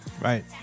Right